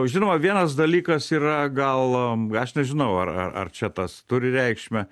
žinoma vienas dalykas yra gal aš nežinau ar ar čia tas turi reikšmę